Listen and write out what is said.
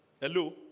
Hello